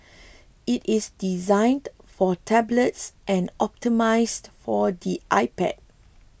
it is designed for tablets and optimised for the iPad